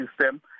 system